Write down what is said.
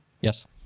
yes